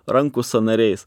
rankų sąnariais